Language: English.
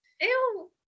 Ew